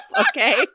okay